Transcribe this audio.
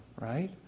right